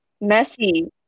Messy